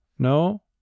No